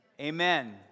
amen